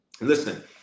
Listen